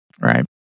right